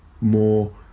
more